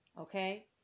Okay